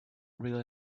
really